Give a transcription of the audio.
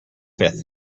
fifth